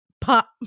pop